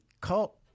Cult